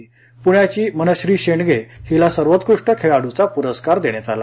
प्ण्याची मनश्री शेंडगे हिला सर्वोत्कृष्ट खेळाडुचा पुरस्कार देण्यात आला